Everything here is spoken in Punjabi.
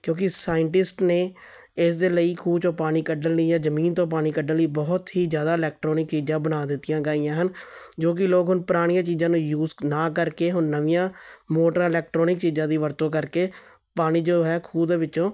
ਕਿਉਂਕਿ ਸਾਇੰਟਿਸਟ ਨੇ ਇਸ ਦੇ ਲਈ ਖੂਹ ਚੋਂ ਪਾਣੀ ਕੱਢਣ ਲਈ ਜਾਂ ਜਮੀਨ ਤੋਂ ਪਾਣੀ ਕੱਢਣ ਲਈ ਬਹੁਤ ਹੀ ਜ਼ਿਆਦਾ ਇਲੈਕਟ੍ਰੋਨਿਕ ਚੀਜ਼ਾਂ ਬਣਾ ਦਿੱਤੀਆਂ ਗਈਆਂ ਹਨ ਜੋ ਕਿ ਲੋਕ ਹੁਣ ਪੁਰਾਣੀਆਂ ਚੀਜ਼ਾਂ ਨੂੰ ਯੂਜ ਨਾ ਕਰਕੇ ਹੁਣ ਨਵੀਆਂ ਮੋਟਰਾਂ ਇਲੈਕਟ੍ਰੋਨਿਕ ਚੀਜ਼ਾਂ ਦੀ ਵਰਤੋਂ ਕਰਕੇ ਪਾਣੀ ਜੋ ਹੈ ਖੂਹ ਦੇ ਵਿੱਚੋਂ